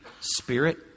spirit